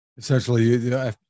Essentially